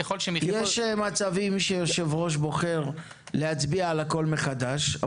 יש מצבים שבהם היושב-ראש בוחר להצביע על הכול מחדש,